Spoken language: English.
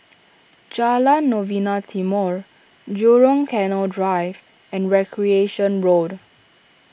Jalan Novena Timor Jurong Canal Drive and Recreation Road